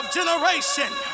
generation